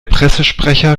pressesprecher